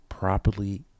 Properly